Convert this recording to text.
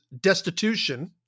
destitution